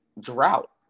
Drought